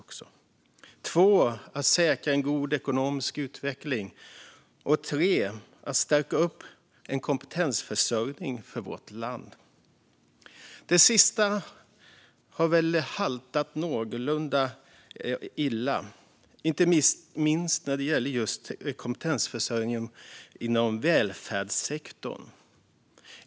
Det andra är att säkra en god ekonomisk utveckling, och det tredje är att stärka upp en kompetensförsörjning för vårt land. Det sista har väl haltat något, inte minst när det gäller kompetensförsörjning inom välfärdssektorn.